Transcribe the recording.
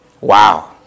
Wow